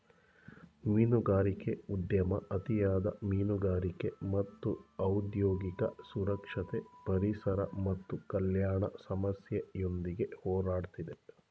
ಮೀನುಗಾರಿಕೆ ಉದ್ಯಮ ಅತಿಯಾದ ಮೀನುಗಾರಿಕೆ ಮತ್ತು ಔದ್ಯೋಗಿಕ ಸುರಕ್ಷತೆ ಪರಿಸರ ಮತ್ತು ಕಲ್ಯಾಣ ಸಮಸ್ಯೆಯೊಂದಿಗೆ ಹೋರಾಡ್ತಿದೆ